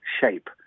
shape